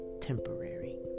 temporary